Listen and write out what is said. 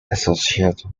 associated